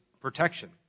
protection